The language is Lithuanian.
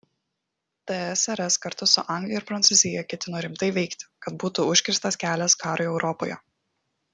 tsrs kartu su anglija ir prancūzija ketino rimtai veikti kad būtų užkirstas kelias karui europoje